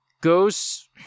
goes